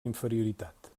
inferioritat